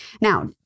Now